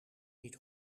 niet